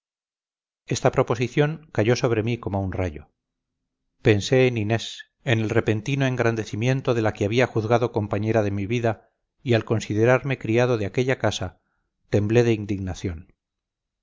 esta proposición cayó sobre mí como un rayo pensé en inés en el repentino engrandecimiento de la que había juzgado compañera de mi vida y al considerarme criado de aquella casa temblé de indignación